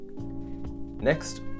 Next